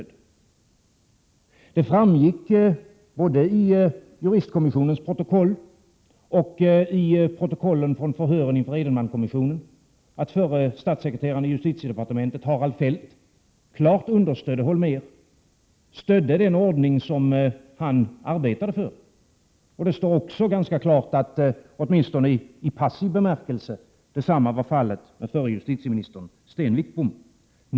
Det framgår både av juristkommissionens protokoll och av protokollen från förhören inför Edenmankommissionen att förre statssekreteraren i justitiedepartementet Harald Fälth klart understödde Holmér, stödde den ordning som denne arbetade för. Det står också ganska klart att detsamma var fallet, åtminstone i passiv bemärkelse, med förre justitieministern Sten Wickbom.